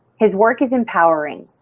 his work is empowering.